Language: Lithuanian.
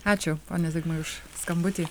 ačiū pone zigmai už skambutį